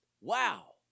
Wow